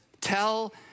tell